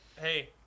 Hey